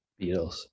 Beatles